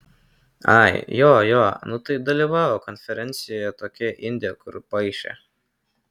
ai jo jo nu tai dalyvavo konferencijoje tokia indė kur paišė